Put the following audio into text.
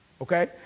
okay